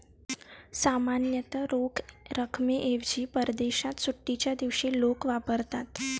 सामान्यतः रोख रकमेऐवजी परदेशात सुट्टीच्या दिवशी लोक वापरतात